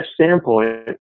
standpoint